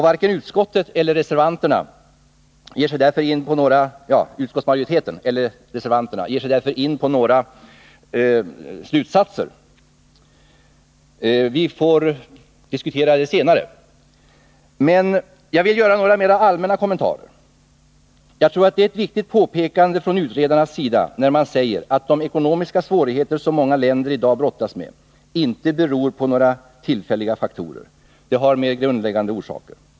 Varken utskottsmajoriteten eller reservanterna ger sig därför in på några ställningstaganden till utredningens slutsatser. Vi får diskutera detta senare, men jag vill göra några mer allmänna kommentarer. Jag tror att det är ett viktigt påpekande från utredarnas sida när de säger att de ekonomiska svårigheter som många länder i dag brottas med inte beror på några tillfälliga faktorer. De har en mer grundläggande orsak.